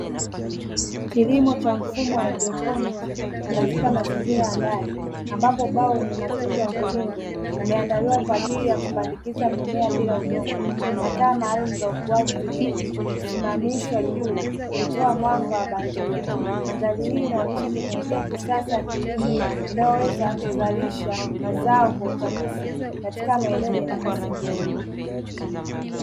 Kilimo cha mfumo wa haidroponiki katika mazingira ya ndani ambapo ubao yenye matunda ya mviringo umeandaliwa kwa ajili ya kupandikiza mimea bila udongo na taa maalum za ukuaji zimesimamishwa juu kutoa mwanga wa bandia. Mandhari hii inaonesha teknolojia ya kisasa ya kilimo inayoweza kuzalisha mazao kwa ufanisi katika maeneo yenye nafasi ndogo.